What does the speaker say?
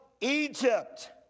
Egypt